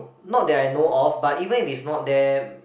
not that I know of but even if it's not there